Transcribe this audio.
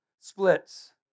splits